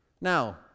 Now